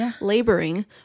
laboring